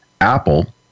Apple